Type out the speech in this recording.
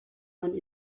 man